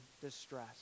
distress